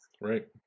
Right